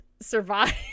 survive